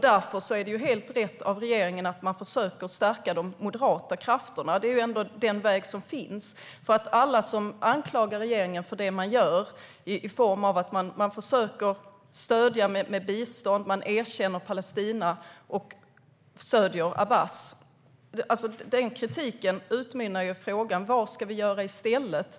Därför är det helt rätt av regeringen att försöka att stärka de moderata krafterna. Det är den väg som finns. Regeringen anklagas för att man försöker stödja med bistånd, för att man erkänner Palestina och för att man stöder Abbas. Den kritiken utmynnar i frågan: Vad ska vi göra i stället?